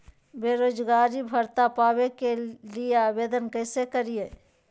बेरोजगारी भत्ता पावे के लिए आवेदन कैसे करियय?